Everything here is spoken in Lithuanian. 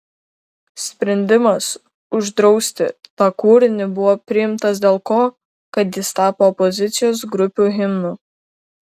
sprendimas uždrausti tą kūrinį buvo priimtas dėl ko kad jis tapo opozicijos grupių himnu